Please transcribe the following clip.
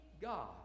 God